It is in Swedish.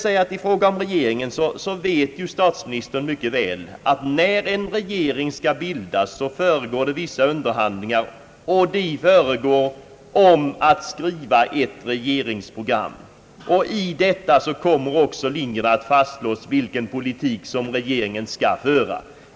Vad regeringen beträffar vet ju statsministern mycket väl, att när en regering skall bildas föregår vissa underhandlingar och de rör sig om att skriva ett regeringsprogram. I detta kommer också att fastslås vilken politik regeringen skall föra.